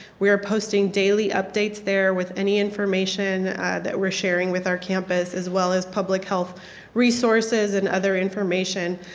we are posting daily updates there with any information that we are sharing with our campus as well as public help resources and other information.